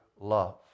love